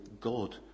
God